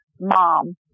Mom